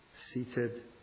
seated